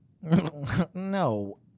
No